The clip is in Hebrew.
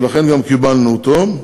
ולכן גם קיבלנו אותו.